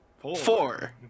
Four